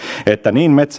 että niin metsähallitus